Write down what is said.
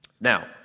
Now